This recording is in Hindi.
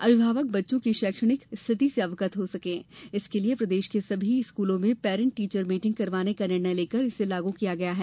अभिभावक बच्चों की शैक्षणिक स्थिति से अवगत हो सके इसके लिए प्रदेश के सभी स्कूलों में पेरेंट टीचर मीटिंग करवाने का निर्णय लेकर इसे लागू किया है